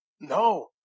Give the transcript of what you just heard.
No